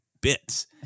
bits